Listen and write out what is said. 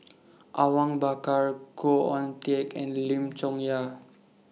Awang Bakar Khoo Oon Teik and Lim Chong Yah